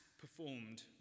performed